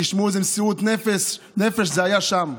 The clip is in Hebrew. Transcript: תשמעו איזה מסירות נפש הייתה שם,